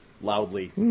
loudly